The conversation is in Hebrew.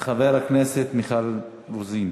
חבר הכנסת מיכל רוזין,